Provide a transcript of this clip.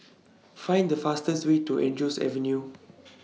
Find The fastest Way to Andrews Avenue